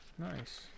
Nice